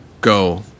go